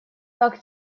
как